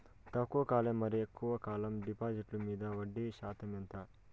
తక్కువ కాలం మరియు ఎక్కువగా కాలం డిపాజిట్లు మీద వడ్డీ శాతం ఎంత?